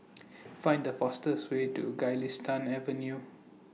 Find The fastest Way to Galistan Avenue